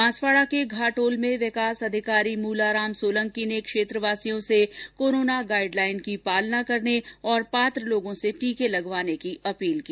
बांसवाडा के घाटोल में विकास धिकारी मूलाराम सोलंकी ने क्षेत्रवासियों से कोरोना गाइड लाइन की पालना करने और पात्र लोगों से टीके लगवाने की अपील की